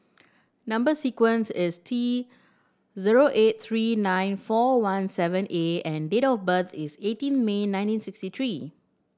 number sequence is T zero eight three nine four one seven A and date of birth is eighteen May nineteen sixty three